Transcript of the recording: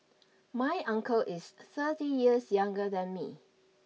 my uncle is thirty years younger than me